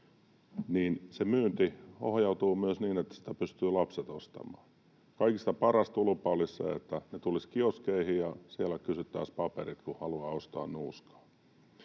myynti ohjautuu myös niin, että sitä pystyvät lapset ostamaan. Kaikista paras tulppa olisi, että ne tulisivat kioskeihin ja siellä kysyttäisiin paperit, kun haluaa ostaa nuuskaa.